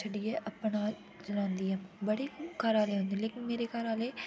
जेह्ड़ी ऐ अपना चलांदी ऐ बड़े घरा आह्ले होंदे लेकिन मेरे घर आह्ले